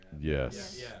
Yes